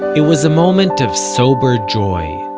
it was a moment of sober joy.